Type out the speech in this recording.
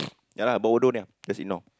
ya lah buat bodoh only ah just ignore